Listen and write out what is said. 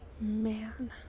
man